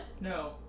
No